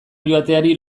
joateari